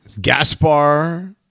Gaspar